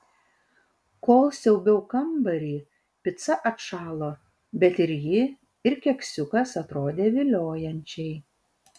kol siaubiau kambarį pica atšalo bet ir ji ir keksiukas atrodė viliojančiai